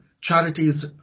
Charities